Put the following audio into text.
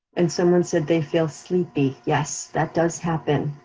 and someone said they feel sleepy. yes, that does happen.